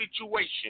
situation